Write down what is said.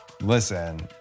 Listen